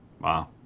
Wow